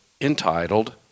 entitled